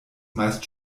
meist